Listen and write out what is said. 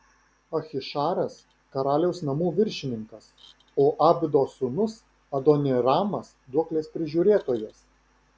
ahišaras karaliaus namų viršininkas o abdos sūnus adoniramas duoklės prižiūrėtojas